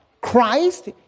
Christ